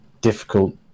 difficult